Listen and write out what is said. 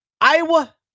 Iowa